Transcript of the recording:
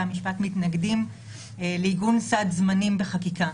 המשפט מתנגדים לעיגון סד זמנים בחקיקה.